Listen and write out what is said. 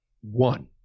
one